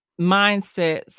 mindsets